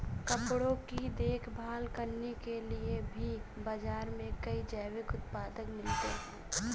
कपड़ों की देखभाल करने के लिए भी बाज़ार में कई जैविक उत्पाद मिलते हैं